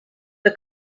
the